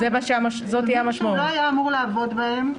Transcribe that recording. אם לא היה אמור לעבוד בהם,